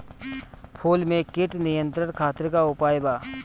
फूल में कीट नियंत्रण खातिर का उपाय बा?